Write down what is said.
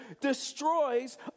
destroys